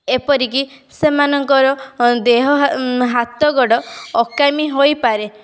ଏପରିକି ସେମାନଙ୍କର ଦେହ ହା ହାତ ଗୋଡ଼ ଅକାମି ହୋଇପାରେ